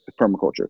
permaculture